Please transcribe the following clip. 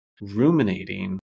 ruminating